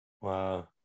Wow